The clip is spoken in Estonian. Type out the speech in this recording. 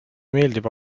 meeldib